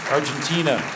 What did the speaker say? Argentina